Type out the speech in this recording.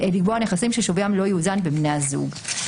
לקבוע נכסים ששוויים לא יאוזן בין בני הזוג.